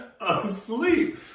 asleep